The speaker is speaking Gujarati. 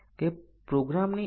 હવે BC 1 1 છે અને A એ 0 છે